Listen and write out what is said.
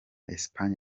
espagne